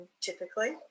typically